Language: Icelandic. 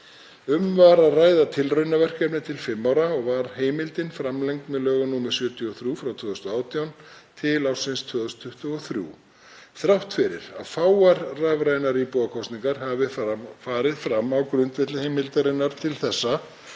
Um var að ræða tilraunaverkefni til fimm ára og var heimildin framlengd með lögum nr. 73/2018 til ársins 2023. Þrátt fyrir að fáar rafrænar íbúakosningar hafi farið fram á grundvelli heimildarinnar til þessa